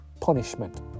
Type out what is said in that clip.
punishment